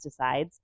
pesticides